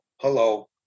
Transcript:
hello